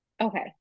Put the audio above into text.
Okay